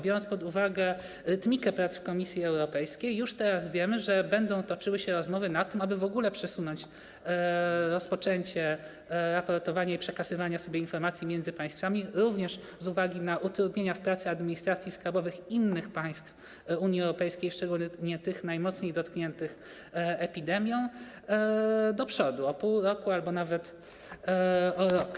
Biorąc pod uwagę rytmikę prac w Komisji Europejskiej, już teraz wiemy, że będą toczyły się rozmowy, aby w ogóle przesunąć rozpoczęcie, raportowanie i przekazywanie sobie informacji między państwami, również z uwagi na utrudnienia w pracy administracji skarbowych innych państw Unii Europejskiej, szczególnie tych najmocniej dotkniętych epidemią, do przodu, o pół roku albo nawet o rok.